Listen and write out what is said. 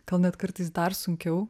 gal net kartais dar sunkiau